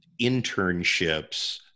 internships